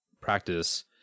practice